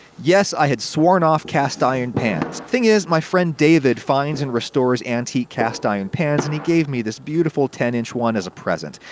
yes, i had sworn off cast iron pans. thing is, my friend david finds and restores antique cast iron pans, and he gave me this beautiful ten inch one as a present.